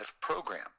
program